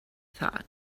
thought